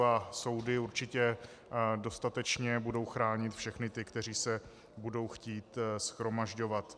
A soudy určitě dostatečně budou chránit všechny, kteří se budou chtít shromažďovat.